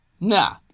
Nah